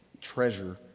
Treasure